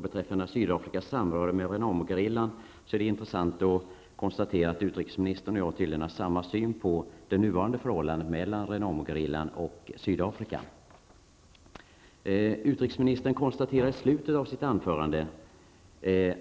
Beträffande Sydafrikas samröre med Renamogerillan är det intressant att konstatera att utrikesministern och jag tydligen har samman syn på det nuvarande förhållandet mellan Renamogerillan och Sydafrika. Utrikesministern konstaterar i slutet på sitt svar